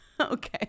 Okay